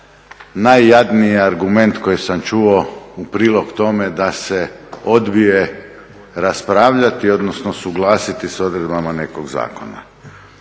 najjadniji argument koji sam čuo u prilog tome da se odbije raspravljati odnosno suglasiti s odredbama nekog zakona.